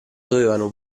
dovevano